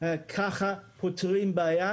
ככה פותרים בעיה,